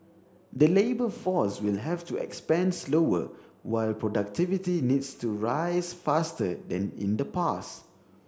the labour force will have to expand slower while productivity needs to rise faster than in the past